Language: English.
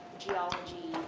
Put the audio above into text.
geology